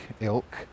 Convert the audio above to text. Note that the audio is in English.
ilk